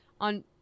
on